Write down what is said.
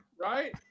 right